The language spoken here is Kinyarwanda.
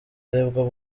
aribwo